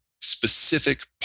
specific